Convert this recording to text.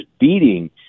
beating